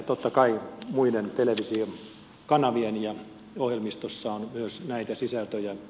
totta kai muiden televisiokanavien ohjelmistossa on myös näitä sisältöjä